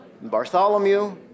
Bartholomew